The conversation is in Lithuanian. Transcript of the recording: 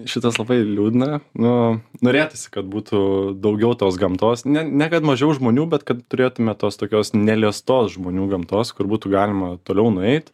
šitas labai liūdna nu norėtųsi kad būtų daugiau tos gamtos ne ne kad mažiau žmonių bet kad turėtume tos tokios neliestos žmonių gamtos kur būtų galima toliau nueit